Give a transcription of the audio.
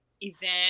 event